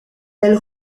elle